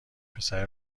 پسره